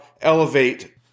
Elevate